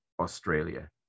Australia